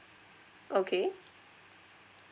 okay